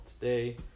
today